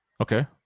Okay